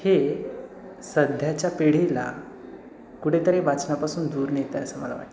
हे सध्याच्या पिढीला कुठेतरी वाचनापासून दूर नेत आहे असं मला वाटतं